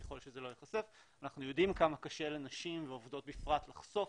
אנחנו יודעים כמה לנשים ועובדות בפרט לחשוף,